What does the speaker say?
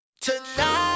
Tonight